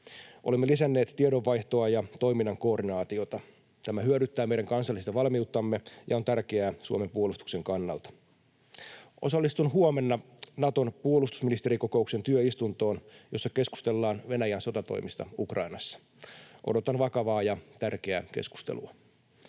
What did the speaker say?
Olemme lisänneet tiedonvaihtoa ja toiminnan koordinaatiota. Tämä hyödyttää meidän kansallista valmiuttamme ja on tärkeää Suomen puolustuksen kannalta. Osallistun huomenna Naton puolustusministerikokouksen työistuntoon, jossa keskustellaan Venäjän sotatoimista Ukrainassa. Odotan vakavaa ja tärkeää keskustelua.